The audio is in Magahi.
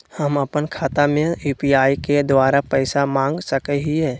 हम अपन खाता में यू.पी.आई के द्वारा पैसा मांग सकई हई?